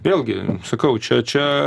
vėlgi sakau čia čia